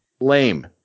lame